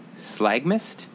Slagmist